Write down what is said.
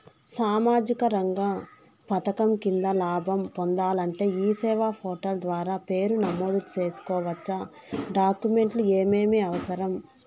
సామాజిక రంగ పథకం కింద లాభం పొందాలంటే ఈ సేవా పోర్టల్ ద్వారా పేరు నమోదు సేసుకోవచ్చా? డాక్యుమెంట్లు ఏమేమి అవసరం?